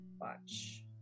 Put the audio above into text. watch